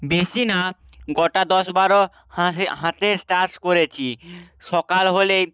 বেশি না গোটা দশ বারো হাঁসের হাঁসের চাষ করেছি সকাল হলেই